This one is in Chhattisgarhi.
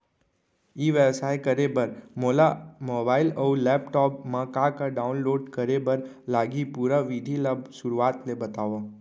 ई व्यवसाय करे बर मोला मोबाइल अऊ लैपटॉप मा का का डाऊनलोड करे बर लागही, पुरा विधि ला शुरुआत ले बतावव?